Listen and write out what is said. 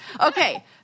Okay